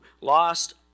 lost